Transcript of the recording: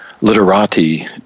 literati